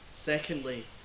Secondly